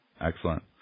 Excellent